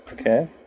okay